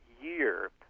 year